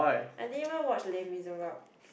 i didn't even watch les miserables